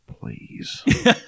please